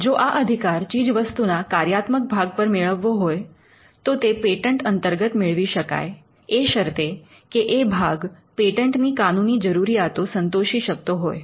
જો આ અધિકાર ચીજવસ્તુના કાર્યાત્મક ભાગ પર મેળવવો હોય તો તે પેટન્ટ અંતર્ગત મેળવી શકાય એ શરતે કે એ ભાગ પેટન્ટ ની કાનૂની જરૂરિયાતો સંતોષી શકતો હોય